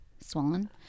swollen